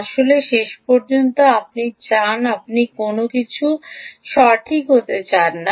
আসলে শেষ পর্যন্ত আপনি চান আপনি কোনও কিছু সঠিক হতে চান না